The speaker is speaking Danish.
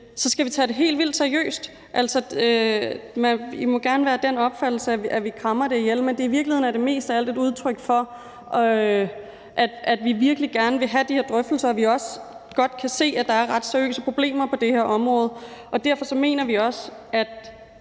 skal vi tage det helt vildt seriøst. I må gerne være af den opfattelse, at vi krammer det ihjel, men i virkeligheden er det mest af alt et udtryk for, at vi virkelig gerne vil have de her drøftelser og vi også godt kan se, at der er ret seriøse problemer på det her område. Derfor mener vi også, at